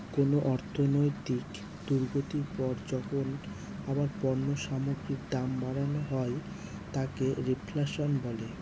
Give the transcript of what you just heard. কোন অর্থনৈতিক দুর্গতির পর যখন আবার পণ্য সামগ্রীর দাম বাড়ানো হয় তাকে রেফ্ল্যাশন বলে